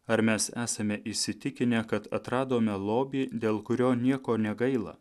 ar mes esame įsitikinę kad atradome lobį dėl kurio nieko negaila